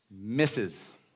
misses